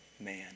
man